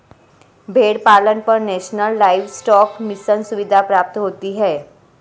भेड़ पालन पर नेशनल लाइवस्टोक मिशन सुविधा प्राप्त होती है